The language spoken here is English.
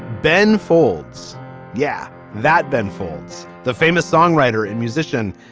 ben folds yeah, that ben folds, the famous songwriter and musician,